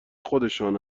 خودشان